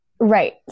Right